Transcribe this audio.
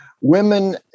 women